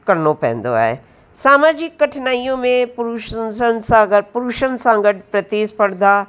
करिणो पवंदो आहे सामाजिक कठिनायूं में पुरुषशनि सां गॾु पुरुषनि सां गॾु प्रतिस्पर्धा